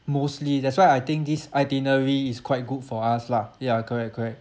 mostly that's why I think this itinerary is quite good for us lah ya correct correct